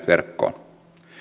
verkkoon